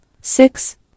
six